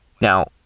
now